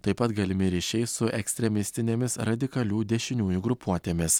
taip pat galimi ryšiai su ekstremistinėmis radikalių dešiniųjų grupuotėmis